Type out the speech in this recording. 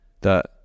that-